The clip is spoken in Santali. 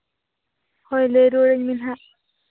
ᱦᱳᱭ ᱞᱟᱹᱭ ᱨᱩᱣᱟᱹᱲ ᱟᱹᱧ ᱢᱮ ᱦᱟᱸᱜ